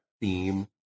theme